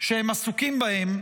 שהם עסוקים בהם,